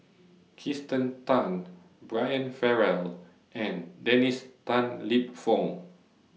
Kirsten Tan Brian Farrell and Dennis Tan Lip Fong